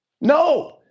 no